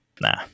nah